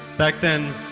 back then,